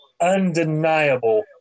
undeniable